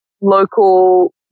local